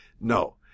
No